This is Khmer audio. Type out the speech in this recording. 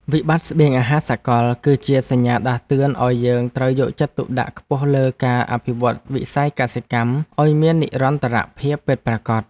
វិបត្តិស្បៀងអាហារសកល គឺជាសញ្ញាដាស់តឿនឱ្យយើងត្រូវយកចិត្តទុកដាក់ខ្ពស់លើការអភិវឌ្ឍវិស័យកសិកម្មឱ្យមាននិរន្តរភាពពិតប្រាកដ។